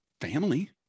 family